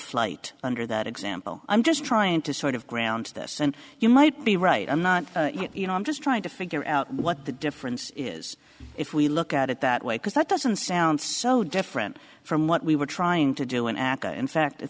flight under that example i'm just trying to sort of ground this and you might be right i'm not you know i'm just trying to figure out what the difference is if we look at it that way because that doesn't sound so different from what we were trying to do in aca in fact it